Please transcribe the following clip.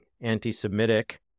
anti-Semitic